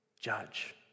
judge